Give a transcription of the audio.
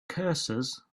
curses